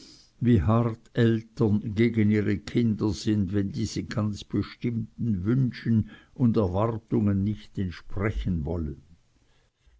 wie hart eltern gegen ihre kinder sind wenn diese ganz bestimmten wünschen und erwartungen nicht entsprechen wollen